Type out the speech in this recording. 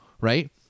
right